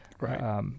Right